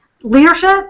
leadership